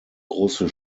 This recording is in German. große